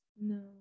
no